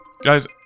guys